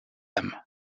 them